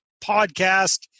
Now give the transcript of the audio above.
Podcast